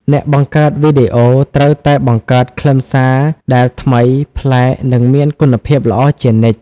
អ្នកបង្កើតវីដេអូត្រូវតែបង្កើតខ្លឹមសារដែលថ្មីប្លែកនិងមានគុណភាពល្អជានិច្ច។